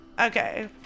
okay